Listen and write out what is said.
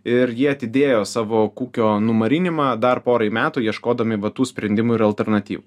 ir jie atidėjo savo kukio numarinimą dar porai metų ieškodami va tų sprendimų ir alternatyvų